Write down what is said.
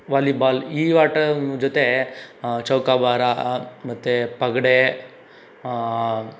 volleyball ಈ ಆಟ ಜೊತೆ ಚೌಕಾಬಾರಾ ಮತ್ತೆ ಪಗಡೆ